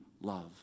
love